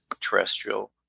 terrestrial